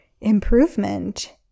improvement